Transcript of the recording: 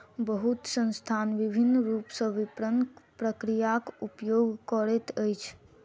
बहुत संस्थान विभिन्न रूप सॅ विपरण प्रक्रियाक उपयोग करैत अछि